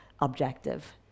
objective